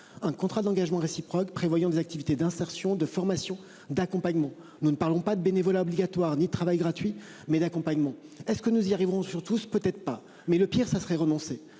un contrat d'engagement réciproque prévoyant des activités d'insertion, de formation d'accompagnement. Nous ne parlons pas de bénévolat obligatoire ni travail gratuit mais d'accompagnement est ce que nous y arriverons surtout peut être pas mais le pire, ce serait renoncer